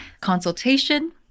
consultation